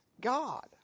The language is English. God